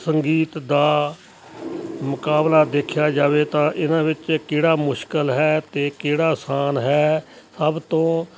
ਸੰਗੀਤ ਦਾ ਮੁਕਾਬਲਾ ਦੇਖਿਆ ਜਾਵੇ ਤਾਂ ਇਹਨਾਂ ਵਿੱਚ ਕਿਹੜਾ ਮੁਸ਼ਕਲ ਹੈ ਅਤੇ ਕਿਹੜਾ ਆਸਾਨ ਹੈ ਸਭ ਤੋਂ